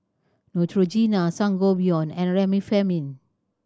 Neutrogena Sangobion and Remifemin